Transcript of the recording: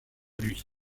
lui